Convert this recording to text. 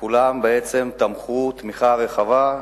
כולם בעצם תמכו תמיכה רחבה.